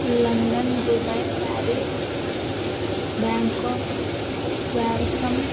London Dubai Paris Bangkok వ్యారిసం